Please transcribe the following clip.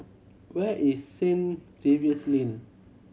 where is Saint Xavier's Lane